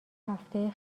هفته